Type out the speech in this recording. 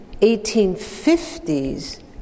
1850s